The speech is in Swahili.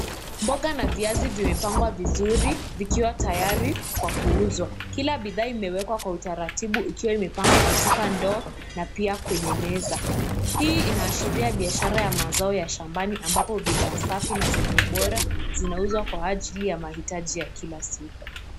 Mboga na viazi vimepangwa vizuri vikiwa tayari kwa kuuzwa. Kila bidhaa imewekwa kwa utaratibu ikiwa imepangwa katika ndoo na pia kwenye meza. Hii inaashiria biashara ya mazao ya shambani ambapo bidhaa safi na zenye ubora zinauzwa kwa ajili ya mahitaji ya kila siku.